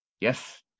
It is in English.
Yes